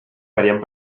variant